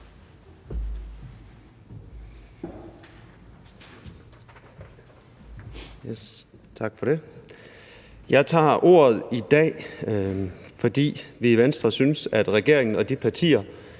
Tak for det. Jeg tager ordet i dag, fordi vi i Venstre synes, at regeringen og de partier,